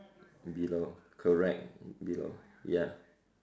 below correct below ya